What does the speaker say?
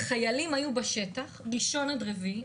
חיילים שהיו בשטח מראשון עד רביעי,